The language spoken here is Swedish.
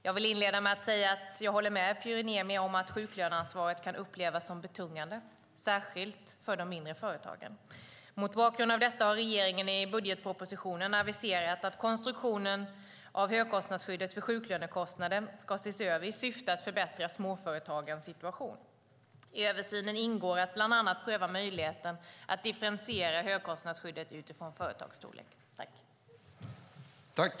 Jag vill inleda med att säga att jag håller med Pyry Niemi om att sjuklöneansvaret kan upplevas som betungande särskilt för de mindre företagen. Mot bakgrund av detta har regeringen i budgetpropositionen aviserat att konstruktionen av högkostnadsskyddet för sjuklönekostnader ska ses över i syfte att förbättra småföretagens situation. I översynen ingår att bland annat pröva möjligheten att differentiera högkostnadsskyddet utifrån företagsstorlek.